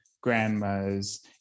grandma's